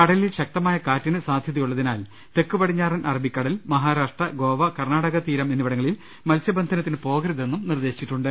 കടലിൽ ശക്തമായ കാറ്റിന് സാധ്യതയു ള്ളതിനാൽ തെക്കുപടിഞ്ഞാറൻ അറബിക്കടൽ മഹാരാഷ്ട്രാ ഗോവ കർണാടക തീരം എന്നിവിടങ്ങളിൽ മത്സ്യബന്ധനത്തിന് പോകരുതെന്നും നിർദ്ദേശിച്ചിട്ടുണ്ട്